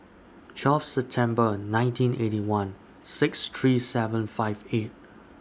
twelve September nineteen Eighty One six three seven five eight